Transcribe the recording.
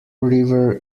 river